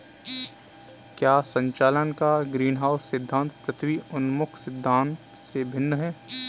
क्या संचालन का ग्रीनहाउस सिद्धांत पृथ्वी उन्मुख सिद्धांत से भिन्न है?